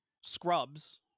Scrubs